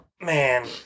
man